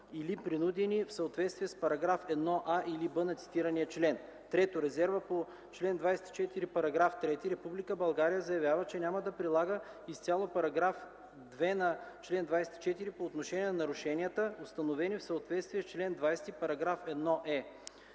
принудени, в съответствие с параграф 1а, или „б” на цитирания член.” 3. Резерва по чл. 24, параграф 3: „Република България заявява, че няма да прилага изцяло параграф 2 на чл. 24 по отношение на нарушенията, установени в съответствие с чл. 20, параграф 1е.”